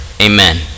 amen